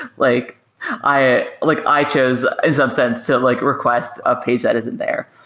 but like i like i chose in some sense to like request a page that isn't there.